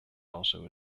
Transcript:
also